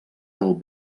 del